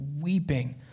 weeping